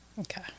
Okay